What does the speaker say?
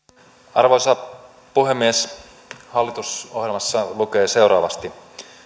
arvoisa puhemies hallitusohjelmassa lukee seuraavasti